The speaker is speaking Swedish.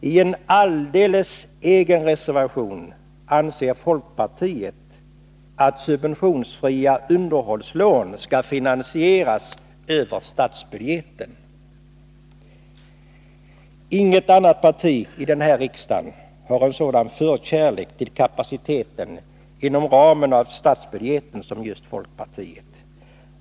I en alldeles egen reservation anser folkpartiet att subventionsfria underhållslån skall finansieras över statsbudgeten. Inget annat parti i den här riksdagen har en sådan tilltro till kapaciteten hos statsbudgeten som just folkpartiet.